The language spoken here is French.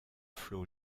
flot